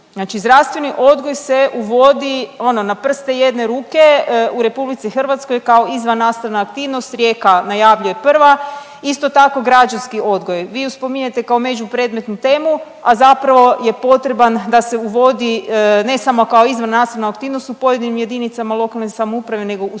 Znači zdravstveni odgoj se uvodi ono na prste jedne ruke u RH kao izvannastavna aktivnost, Rijeka najavljuje prva. Isto tako građanski odgoj. Vi ju spominjete kao među predmetnu temu, a zapravo je potreban da se uvodi ne samo kao izvannastavna aktivnost u pojedinim jedinicama lokalne samouprave nego u